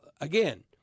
again